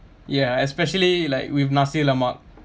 ya especially like with nasi lemak